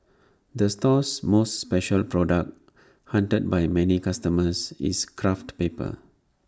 the store's most special product hunted by many customers is craft paper